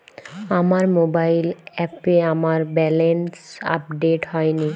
আমার মোবাইল অ্যাপে আমার ব্যালেন্স আপডেট হয়নি